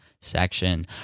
section